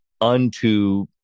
unto